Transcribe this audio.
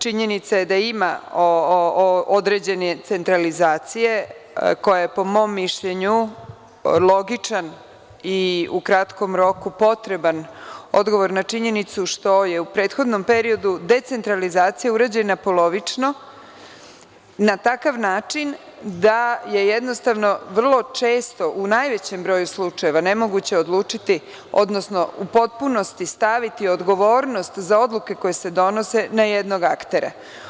Činjenica je da ima određene centralizacije koja je po mom mišljenju logičan i u kratkom roku potreban odgovor na činjenicu što je u prethodnom periodu decentralizacija urađena polovično na takav način da je jednostavno vrlo često u najvećem broju slučajeva nemoguće odlučiti, odnosno u potpunosti staviti odgovornost za odluke koje se donese na jednog aktera.